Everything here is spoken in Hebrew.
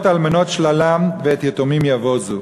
להיות אלמנות שללם ואת יתומים יבזו,